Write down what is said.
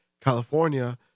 California